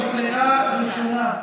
בקריאה ראשונה.